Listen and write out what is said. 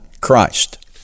Christ